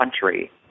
country